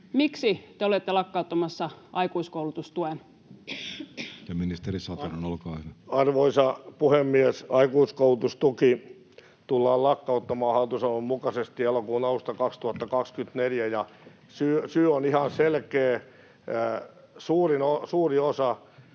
Miksi te olette lakkauttamassa aikuiskoulutustuen? Ministeri Satonen, olkaa hyvä. Arvoisa puhemies! Aikuiskoulutustuki tullaan lakkauttamaan hallitusohjelman mukaisesti elokuun alusta 2024, ja syy on ihan selkeä. Suuri osa